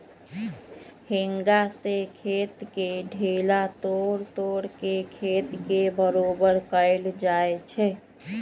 हेंगा से खेत के ढेला तोड़ तोड़ के खेत के बरोबर कएल जाए छै